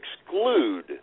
exclude